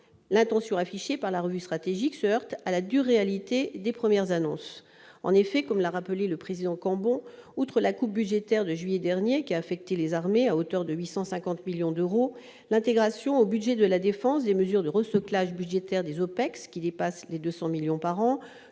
l'intention affichée par la revue stratégique se heurte à la dure réalité des premières annonces. En effet, comme l'a rappelé le président Cambon, outre la coupe budgétaire de juillet dernier qui a affecté les armées à hauteur de 850 millions d'euros, l'intégration au budget de la défense des mesures de « resoclage » budgétaires des OPEX, qui dépassent les 200 millions d'euros